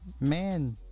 man